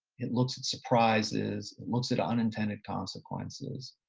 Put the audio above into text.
it looks at surprises, it looks at unintended consequences.